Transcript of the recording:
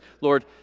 Lord